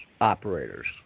operators